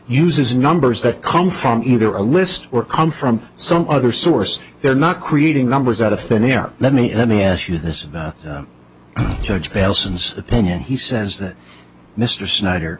uses numbers that come from either a list or come from some other source they're not creating numbers out of thin air let me let me ask you this judge nelson says opinion he says that mr snyder